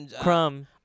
crumb